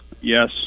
yes